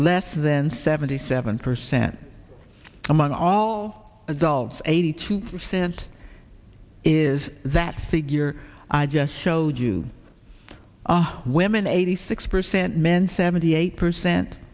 less then seventy seven percent among all adults eighty two percent is that figure i just showed you are women eighty six percent men seventy eight percent